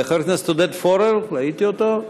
חבר הכנסת עודד פורר, ראיתי אותו.